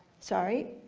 sorry,